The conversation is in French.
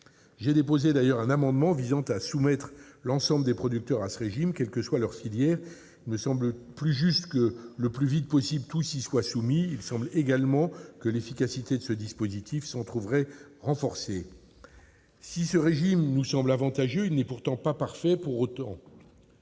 J'ai d'ailleurs déposé un amendement visant à soumettre l'ensemble des producteurs à ce régime, quelle que soit leur filière. Il me semble plus juste que, le plus vite possible, tous y soient soumis. Il me semble également que l'efficacité de ce dispositif s'en trouverait renforcée. Si ce régime nous semble avantageux, il n'est pas parfait pour autant.